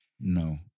No